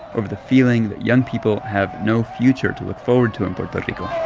over the feeling that young people have no future to look forward to in puerto rico